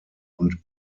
und